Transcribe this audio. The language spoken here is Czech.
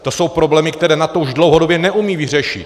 To jsou problémy, které NATO už dlouhodobě neumí vyřešit.